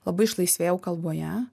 labai išlaisvėjau kalboje